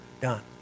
Done